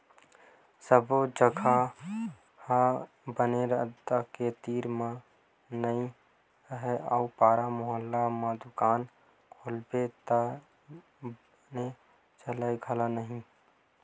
सब्बो के जघा ह बने रद्दा के तीर म नइ राहय अउ पारा मुहल्ला म दुकान खोलबे त बने चलय घलो नहि